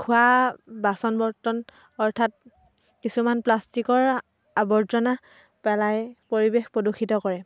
খোৱা বাচন বৰ্তন অৰ্থাৎ কিছুমান প্লাষ্টিকৰ আৱৰ্জনা পেলাই পৰিৱেশ প্ৰদূষিত কৰে